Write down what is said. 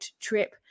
trip